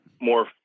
more